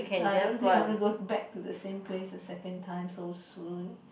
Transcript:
I don't think I want to go back to the same place the second time so soon